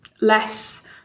less